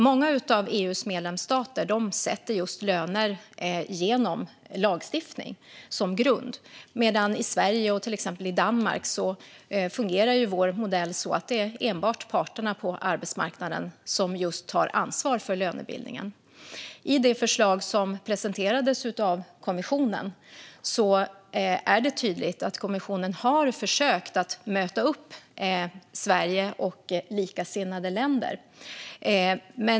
Många av EU:s medlemsstater sätter löner med just lagstiftning som grund, medan vår modell i Sverige och exempelvis Danmarks fungerar så att det enbart är parterna på arbetsmarknaden som tar ansvar för lönebildningen. I det förslag som presenterades av kommissionen är det tydligt att kommissionen har försökt möta upp Sverige och likasinnade länder.